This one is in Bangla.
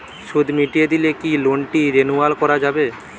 সুদ মিটিয়ে দিলে কি লোনটি রেনুয়াল করাযাবে?